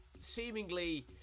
seemingly